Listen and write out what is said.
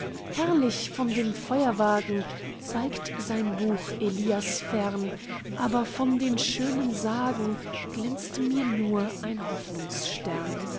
herrlich von dem feuerwagen zeigt sein buch elias fern aber von den schönen sagen glänzt mir nur ein